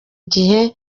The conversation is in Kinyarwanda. gihe